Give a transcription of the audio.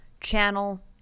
channel